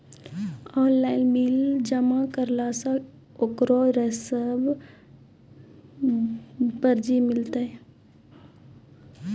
Online bill जमा करला से ओकरौ रिसीव पर्ची मिलतै?